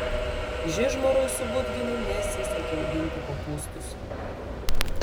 žižmarui su budginu nesisekė auginti kopūstus